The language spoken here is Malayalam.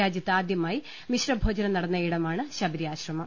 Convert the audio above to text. രാജ്യത്ത് ആദ്യമായി മിശ്രഭോജനം നടന്നയിടമാണ് ശബരിആശ്രമം